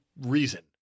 reason